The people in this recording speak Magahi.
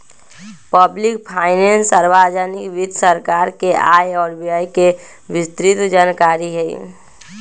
पब्लिक फाइनेंस सार्वजनिक वित्त सरकार के आय व व्यय के विस्तृतजानकारी हई